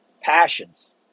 passions